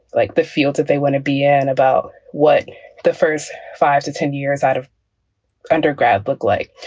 like the fields that they want to be in about what the first five to ten years out of undergrad look like.